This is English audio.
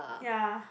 ya